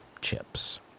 chips